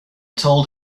told